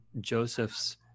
Joseph's